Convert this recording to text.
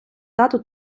дату